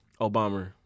Obama